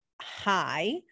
hi